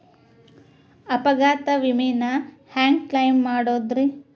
ಅಪಘಾತ ವಿಮೆನ ಹ್ಯಾಂಗ್ ಕ್ಲೈಂ ಮಾಡೋದ್ರಿ?